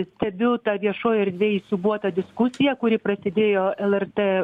stebiu tą viešojoj erdvėj įsiūbuotą diskusiją kuri prasidėjo lrt